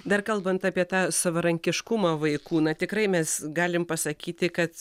dar kalbant apie tą savarankiškumą vaikų na tikrai mes galim pasakyti kad